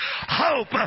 hope